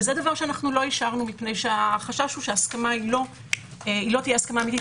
וזה דבר שלא אישרנו כי החשש הוא שההסכמה לא תהיה אמיתית.